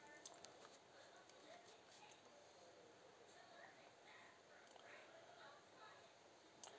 ya